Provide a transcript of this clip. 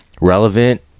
relevant